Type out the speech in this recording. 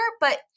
but-